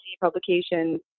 publication